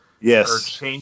Yes